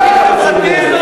שישתוק.